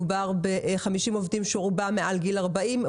מדובר בחמישים עובדים שרובם מעל גיל 40,